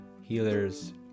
healers